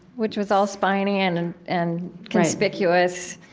which was all spiny and and and conspicuous